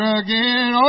again